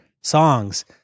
songs